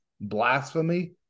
blasphemy